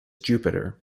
jupiter